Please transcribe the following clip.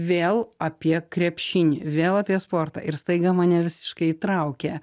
vėl apie krepšinį vėl apie sportą ir staiga mane visiškai įtraukė